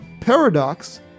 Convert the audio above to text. Paradox